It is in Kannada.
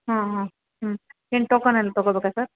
ಹ್ಞೂ ಹ್ಞೂ ಹ್ಞೂ ಏನು ಟೋಕನೆಲ್ಲ ತೊಗೋಬೇಕಾ ಸರ್